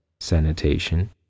sanitation